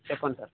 చెప్పండి సార్